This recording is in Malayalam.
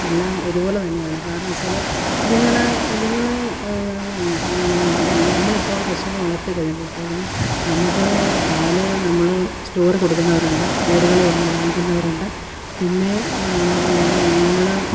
എല്ലാം ഒരുപോലെ തന്നെയാണ് കാരണം വച്ചാൽ ഇതിങ്ങളുടെ ഇതിങ്ങൾ നമ്മളിപ്പോൾ പശുവിനെ വളർത്തിക്കഴിയുമ്പോഴത്തേക്കും നമുക്ക് പാല് നമ്മൾ സ്റ്റോറിൽ കൊടുക്കുന്നവരുണ്ട് വീടുകളിൽ വന്ന് വാങ്ങിക്കുന്നവരുണ്ട് പിന്നെ നമ്മൾ